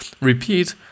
Repeat